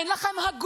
את לא שונאת?